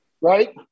right